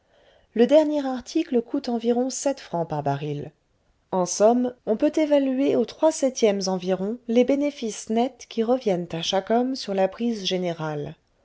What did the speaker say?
le dernier article coûte environ sept francs par baril en somme on peut évaluer aux trois septièmes environ les bénéfices nets qui reviennent à chaque homme sur la prise générale